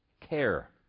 care